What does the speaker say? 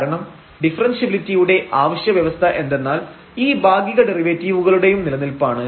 കാരണം ഡിഫറെൻഷ്യബിലിറ്റിയുടെ അവശ്യ വ്യവസ്ഥ എന്തെന്നാൽ ഈ ഭാഗിക ഡെറിവേറ്റീവുകളുടെയും നിലനിൽപ്പാണ്